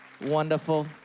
Wonderful